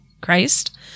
Christ